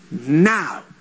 now